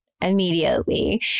immediately